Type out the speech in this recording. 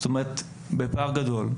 זאת אומרת בפער גדול.